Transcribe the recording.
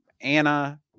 Anna